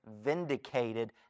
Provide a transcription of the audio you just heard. vindicated